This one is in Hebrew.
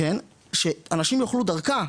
שאנשים יוכלו דרכה.